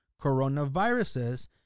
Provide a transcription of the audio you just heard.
coronaviruses